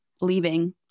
leaving